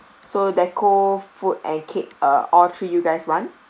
so decor food and cake are all three you guys want